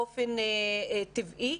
באופן טבעי,